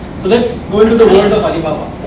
so let's go into the world of alibaba!